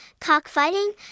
cockfighting